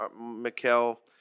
Mikel